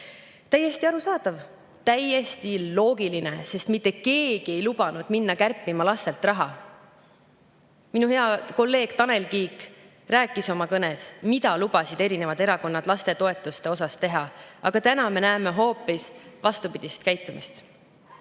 Täiesti arusaadav, täiesti loogiline, sest mitte keegi ei lubanud minna kärpima lastelt raha. Minu hea kolleeg Tanel Kiik rääkis oma kõnes, mida lubasid erinevad erakonnad lastetoetustega teha, aga täna me näeme hoopis vastupidist käitumist.